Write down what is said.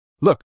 Look